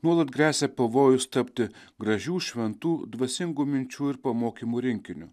nuolat gresia pavojus tapti gražių šventų dvasingų minčių ir pamokymų rinkiniu